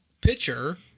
pitcher